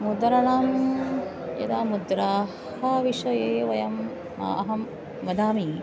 मुद्राणां यदा मुद्राः विषये वयम् अहं वदामि